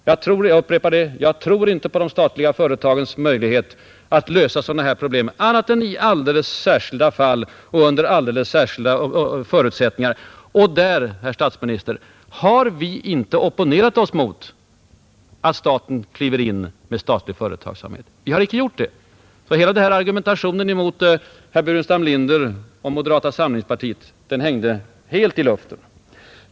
Jag tror alltså inte på statliga företags möjligheter att lösa sådana här problem annat än under alldeles särskilda förutsättningar. Och i sådana fall, herr statsminister, har vi inte opponerat oss mot att staten kliver in. Argumentationen mot herr Burenstam Linder och moderata samlingspartiet hängde i denna del helt i luften.